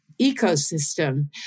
ecosystem